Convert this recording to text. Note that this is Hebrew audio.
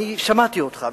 שמעתי אותך,